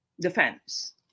Defense